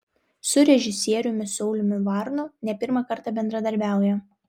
su režisieriumi sauliumi varnu ne pirmą kartą bendradarbiauja